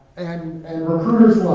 and and recruiters